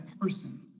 person